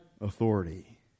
authority